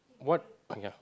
what ya